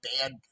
bad